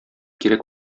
кирәк